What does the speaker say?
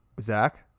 Zach